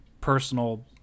personal